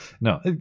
No